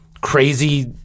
crazy